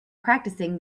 practicing